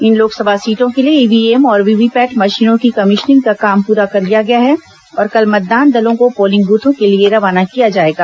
इन लोकसभा सीटों के लिए ईव्हीएम और वीवीपैट मशीनों की कमीशनिंग का काम पूरा कर लिया गया है और कल मतदान दलों को पोलिंग बूथों के लिए रवाना किया जाएगा